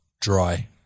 dry